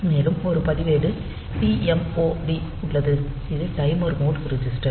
மேலும் ஒரு பதிவேடு TMOD உள்ளது இது டைமர் மோட் ரிஜிஸ்டர்